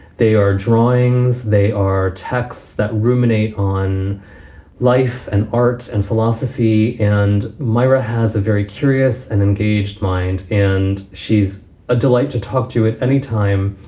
they are drawings. they are texts that ruminate on life and arts and philosophy. and myra has a very curious and engaged mind. and she's a delight to talk to you at anytime.